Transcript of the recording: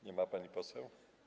Nie ma pani poseł.